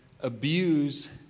abuse